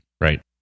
right